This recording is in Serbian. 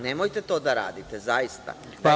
Nemojte to da radite, zaista.